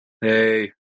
Hey